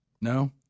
No